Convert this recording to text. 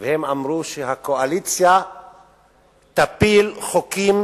והם אמרו שהקואליציה תפיל חוקים